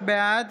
בעד